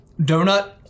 donut